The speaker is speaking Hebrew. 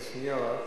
אז שנייה.